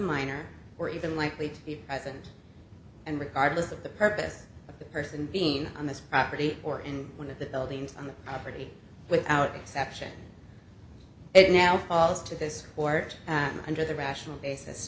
minor or even likely to be president and regardless of the purpose of the person being on this property or in one of the buildings on the property without exception it now falls to this court under the rational basis